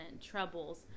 troubles